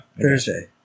Thursday